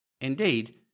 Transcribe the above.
Indeed